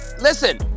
listen